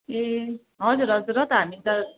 ए हजुर हजुर र त हामी त